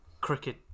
cricket